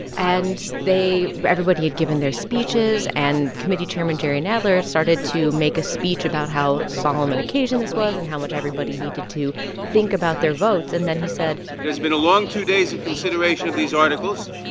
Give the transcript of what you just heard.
and they everybody had given their speeches. and committee chairman jerry nadler started to make a speech about how solemn an occasion this was and how much everybody needed to think about their votes. and then he said. it has been a long two days of consideration of these articles,